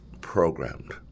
programmed